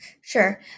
Sure